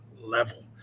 level